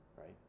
right